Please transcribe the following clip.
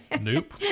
nope